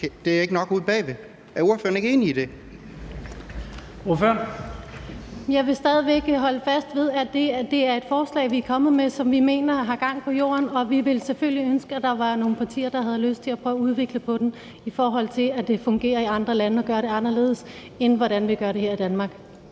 Jensen): Ordføreren. Kl. 14:26 Nanna Høyrup (ALT): Jeg vil stadig væk holde fast ved, at det er et forslag, vi er kommet med, som vi mener har gang på jord, og vi ville selvfølgelig ønske, at der var nogle partier, der havde lyst til at prøve at udvikle det, fordi det fungerer i andre lande at gøre det anderledes end den måde, vi gør det på her i Danmark.